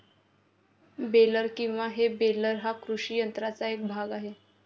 baler किंवा हे baler हा कृषी यंत्राचा एक भाग आहे